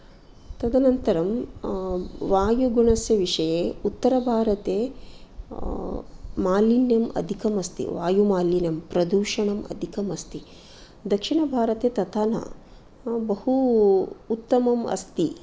तदनन्तरं वायुगुणस्य विषये उत्तरभारते मालिन्यम् अधिकमस्ति वायुमालिन्यं प्रदूषणम् अधिकमस्ति दक्षिणभारते तथा न बहु उत्तमम् अस्ति